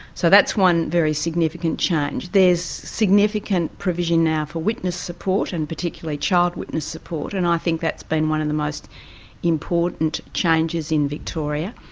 so that's one very significant change. there's significant provision now for witness support, and particularly child witness support, and i think that's been one of the most important changes in victoria.